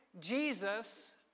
Jesus